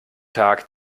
tag